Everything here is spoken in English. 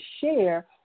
share